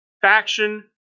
Faction